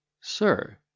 Sir